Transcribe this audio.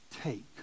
take